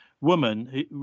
woman